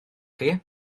chi